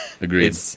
Agreed